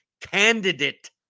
candidate